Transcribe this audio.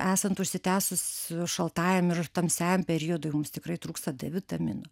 esant užsitęsus šaltajam ir tamsiajam periodui mums tikrai trūksta d vitamino